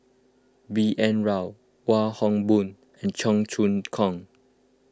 B N Rao Wong Hock Boon and Cheong Choong Kong